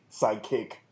sidekick